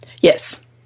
Yes